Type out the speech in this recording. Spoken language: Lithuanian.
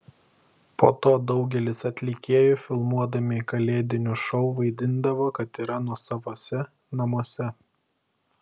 po to daugelis atlikėjų filmuodami kalėdinius šou vaidindavo kad yra nuosavose namuose